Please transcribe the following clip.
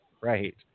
right